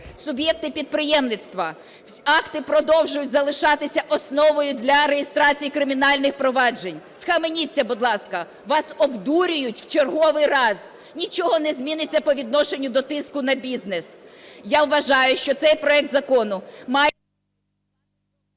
Суб'єкти підприємництва. Акти продовжують залишатися основою для реєстрації кримінальних впроваджень. Схаменіться, будь ласка, вас обдурюють у черговий раз! Нічого не зміниться по відношенню до тиску на бізнес. Я вважаю, що цей проект закону має…